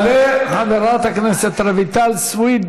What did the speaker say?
תעלה חברת הכנסת רויטל סויד,